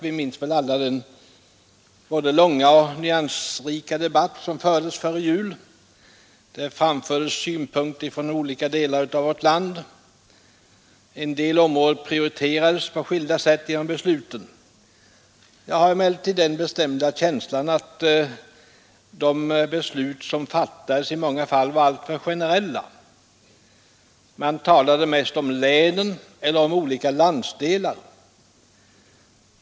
Vi minns väl alla den både långa och nyansrika debatt som fördes före jul. Det framfördes synpunkter från olika delar av vårt land. En del områden prioriterades på skilda sätt genom besluten. Jag har emellertid den bestämda känslan att de beslut som fattades i många fall var alltför generella. Man talade mest om länen eller om olika landsdelar.